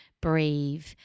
breathe